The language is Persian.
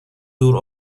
دور